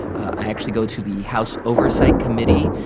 i actually go to the house oversight committee,